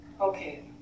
Okay